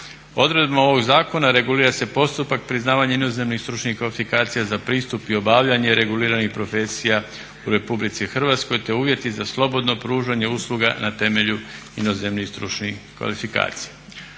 Odredbom ovog zakona regulira se postupak priznavanja inozemnih stručnih kvalifikacija za pristup i obavljanje reguliranih profesija u RH te uvjeti za slobodno pružanje usluga na temelju inozemnih stručnih kvalifikacija.